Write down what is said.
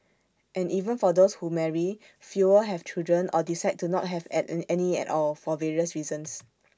and even for those who marry fewer have children or decide to not have any at all for various reasons